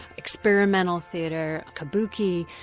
experimental theatre, kabuki.